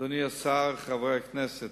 אדוני השר, חברי הכנסת,